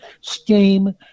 scheme